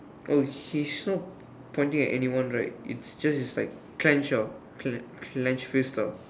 oh she's npt punching at anyone right it's just like clenched ah cle~ clenched fist ah